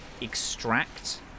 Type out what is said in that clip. extract